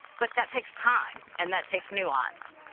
but that takes time and that takes nuance.